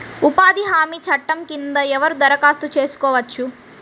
ఉపాధి హామీ చట్టం కింద ఎవరు దరఖాస్తు చేసుకోవచ్చు?